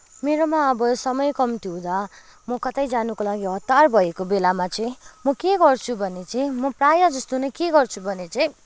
मेरोमा अब समय कम्ती हुँदा म कतै जानुको लागि हतार भएको बेलामा चाहिँ म के गर्छु भने चाहिँ म प्रायःजस्तो नै के गर्छु भने चाहिँ